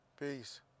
Peace